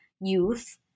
youth